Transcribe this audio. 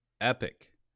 epic